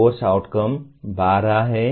course outcome 12 हैं